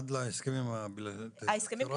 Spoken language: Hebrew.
עד להסכמים הבילטרליים,